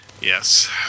yes